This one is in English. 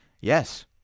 Yes